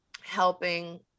helping